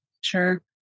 sure